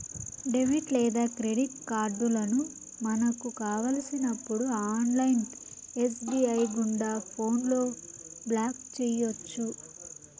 debit లేదా credit కార్డులను మనకు కావలసినప్పుడు ఆన్లైన్ ఎస్.బి.ఐ గుండా ఫోన్లో బ్లాక్ చేయొచ్చు